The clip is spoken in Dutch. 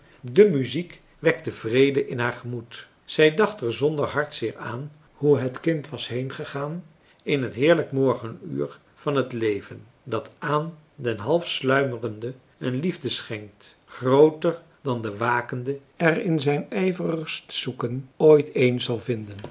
de muziek wekte vrede in haar gemoed zij dacht er zonder hartzeer aan hoe het kind was heengegaan in het heerlijk morgenuur van het leven dat aan den halfmarcellus emants een drietal novellen sluimerende een liefde schenkt grooter dan de wakende er in zijn ijverigst zoeken ooit een zal vinden